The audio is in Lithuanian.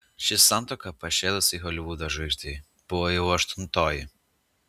ši santuoka pašėlusiai holivudo žvaigždei buvo jau aštuntoji